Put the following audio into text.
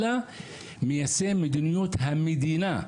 אלא ליישם את מדיניות המדינה.